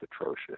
atrocious